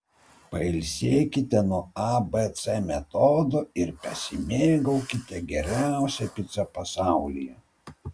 pailsėkite nuo abc metodo ir pasimėgaukite geriausia pica pasaulyje